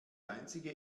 einzige